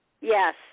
Yes